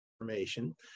information